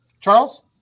Charles